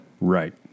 right